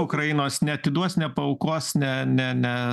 ukrainos neatiduos nepaaukos ne ne ne